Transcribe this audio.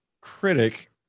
critic